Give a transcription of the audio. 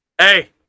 Hey